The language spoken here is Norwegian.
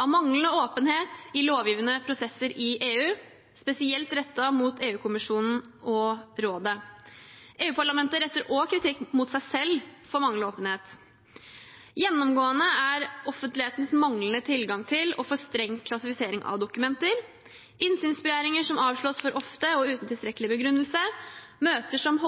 av manglende åpenhet i lovgivende prosesser i EU, spesielt rettet mot EU-kommisjonen og Rådet. EU-parlamentet retter også kritikk mot seg selv for manglende åpenhet. Gjennomgående er offentlighetens manglende tilgang til og for streng klassifisering av dokumenter, innsynsbegjæringer som avslås for ofte og uten tilstrekkelig begrunnelse, og møter som